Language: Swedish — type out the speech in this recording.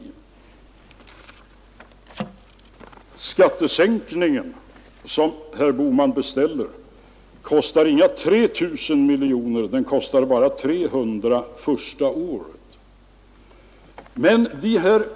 Den skattesänkning som herr Bohman beställer kostar inga 3 000 miljoner; den kostar bara 300 miljoner — första året, säger herr Bohman.